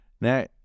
Now